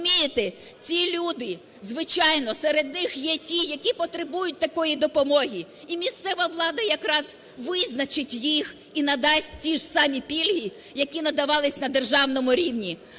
ці люди, звичайно, серед них є ті, які потребують такої допомоги, і місцева влада якраз визначить їх і надасть ті ж самі пільги, які надавались на державному рівні.